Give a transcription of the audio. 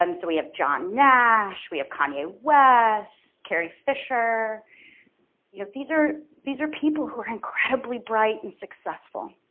um so we have john nash, we have kanye west, carrie fisher you know these are these are people who are incredibly bright and successful.